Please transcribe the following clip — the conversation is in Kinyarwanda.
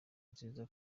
nziza